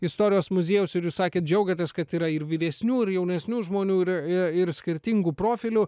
istorijos muziejaus ir jus sakėt džiaugiatės kad yra ir vyresnių ir jaunesnių žmonių ir ir skirtingų profilių